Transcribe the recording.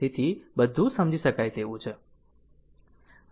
તેથી બધું સમજી શકાય તેવું છે